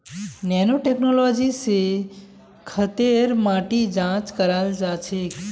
nano technology स खेतेर माटी जांच कराल जाछेक